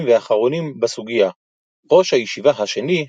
והאחרונים בסוגיא; ראש הישיבה השני,